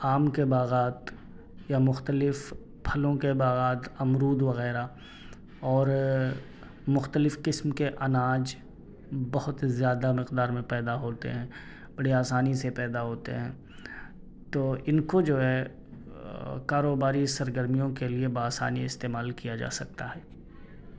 آم کے باغات یا مختلف پھلوں کے باغات امرود وغیرہ اور مختلف قسم کے اناج بہت زیادہ مقدار میں پیدا ہوتے ہیں بڑی آسانی سے پیدا ہوتے ہیں تو ان کو جو ہے کاروباروی سرگرمیوں کے لیے بآسانی استعمال کیا جا سکتا ہے